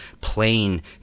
plain